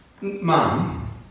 Mom